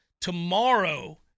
tomorrow